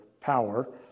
power